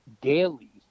daily